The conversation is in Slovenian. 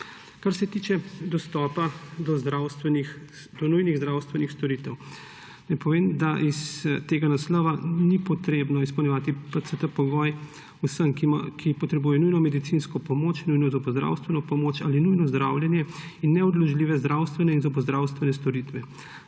Kar se tiče dostopa do nujnih zdravstvenih storitev, naj povem, da iz tega naslova ni potrebno izpolnjevati pogoja PCT vsem, ki potrebujejo nujno medicinsko pomoč, nujno zobozdravstveno pomoč ali nujno zdravljenje in neodložljive zdravstvene in zobozdravstvene storitve,